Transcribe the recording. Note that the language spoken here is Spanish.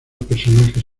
personajes